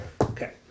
Okay